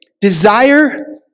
desire